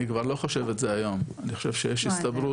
אני כבר לא חושב את זה היום, אני חושב שיש הסתברות